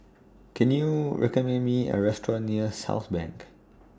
Can YOU recommend Me A Restaurant near Southbank